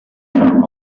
are